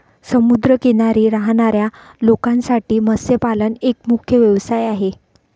समुद्र किनारी राहणाऱ्या लोकांसाठी मत्स्यपालन एक मुख्य व्यवसाय आहे